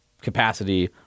capacity